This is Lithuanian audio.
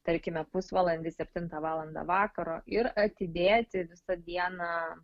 tarkime pusvalandį septintą valandą vakaro ir atidėti visą dieną